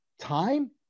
time